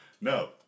no